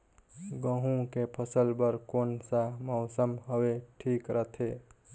गहूं के फसल बर कौन सा मौसम हवे ठीक रथे?